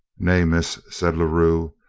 nay, miss, said la rue,